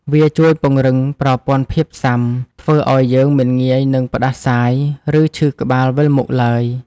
វាជួយពង្រឹងប្រព័ន្ធភាពស៊ាំ ធ្វើឱ្យយើងមិនងាយនឹងផ្ដាសាយ ឬឈឺក្បាលវិលមុខឡើយ។